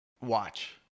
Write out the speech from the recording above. watch